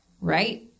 right